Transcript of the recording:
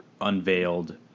unveiled